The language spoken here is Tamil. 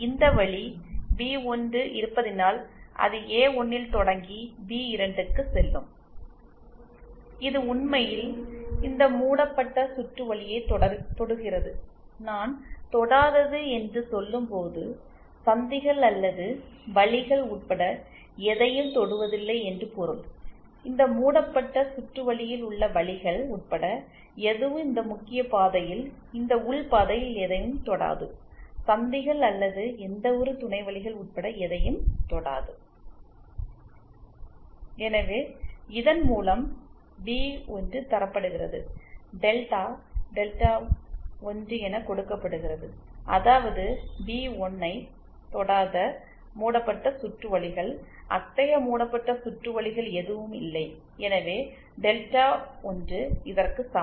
இந்த வழி பி1 இருப்பதினால் அது ஏ1 ல் தொடங்கி பி2 க்கு செல்லும் இது உண்மையில் இந்த மூடப்பட்ட சுற்றுவழியை தொடுகிறது நான் தொடாதது என்று சொல்லும்போது சந்திகள் அல்லது வழிகள் உட்பட எதையும் தொடுவதில்லை என்று பொருள் இந்த மூடப்பட்ட சுற்றுவழியில் உள்ள வழிகள் உட்பட எதுவும் இந்த முக்கிய பாதையில் இந்த உள் பாதையில் எதையும் தொடாது சந்திகள் அல்லது எந்தவொரு துணை வழிகள் உட்பட எதையும் தொடாது எனவே இதன் மூலம் பி 1 தரப்படுகிறது டெல்டா டெல்டா 1 என கொடுக்கப்படுகிறது அதாவது பி 1 ஐத் தொடாத மூடப்பட்ட சுற்றுவழிகள் அத்தகைய மூடப்பட்ட சுற்றுவழிகள் எதுவும் இல்லை எனவே டெல்டா 1 இதற்கு சமம்